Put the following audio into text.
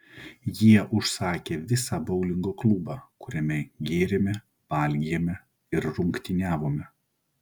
jie užsakė visą boulingo klubą kuriame gėrėme valgėme ir rungtyniavome